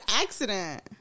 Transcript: accident